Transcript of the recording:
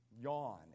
yawn